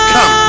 Come